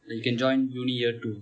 like you can join uni year two